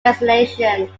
destinations